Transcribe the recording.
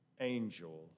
angel